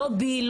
לא בי,